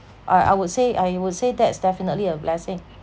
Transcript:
I I would say I would say that's definitely a blessing